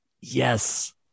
Yes